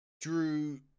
Drew